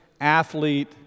athlete